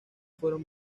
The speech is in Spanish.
fueron